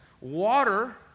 water